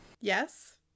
Yes